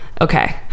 Okay